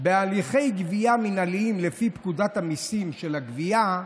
בהליכי גבייה מינהליים לפי פקודת המיסים (גבייה)